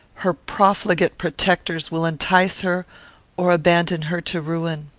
her profligate protectors will entice her or abandon her to ruin.